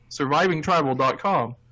survivingtribal.com